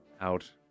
out